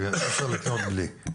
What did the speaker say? כי אי אפשר לקנות בלי.